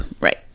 right